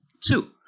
Two